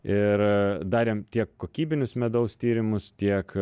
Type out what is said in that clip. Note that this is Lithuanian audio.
ir darėm tiek kokybinius medaus tyrimus tiek